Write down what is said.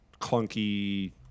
clunky